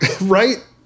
Right